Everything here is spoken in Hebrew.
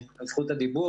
גם בצוק איתן וגם מאז,